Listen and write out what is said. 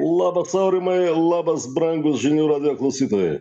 labas aurimai labas brangūs žinių radijo klausytojai